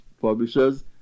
publishers